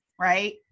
right